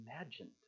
imagined